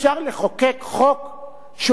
שהוא הדבר הכי חשוב של הכנסת?